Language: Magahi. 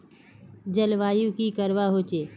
जलवायु की करवा होचे?